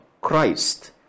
Christ